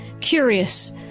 Curious